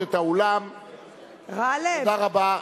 תודה רבה.